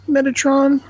Metatron